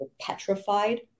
petrified